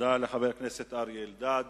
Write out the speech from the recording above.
תודה לחבר הכנסת אריה אלדד.